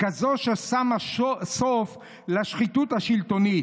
כזו ששמה סוף לשחיתות השלטונית,